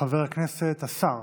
חבר הכנסת השר